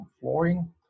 flooring